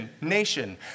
nation